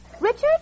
Richard